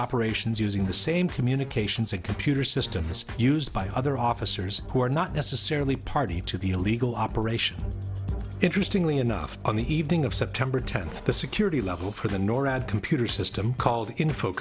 operations using the same communications and computer systems used by other officers who are not necessarily party to the illegal operation interestingly enough on the evening of september tenth the security level for the norad computer system called info